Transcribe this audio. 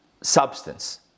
substance